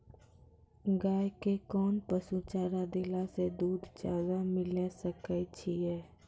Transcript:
गाय के कोंन पसुचारा देला से दूध ज्यादा लिये सकय छियै?